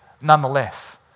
nonetheless